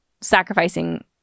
sacrificing